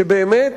שבאמת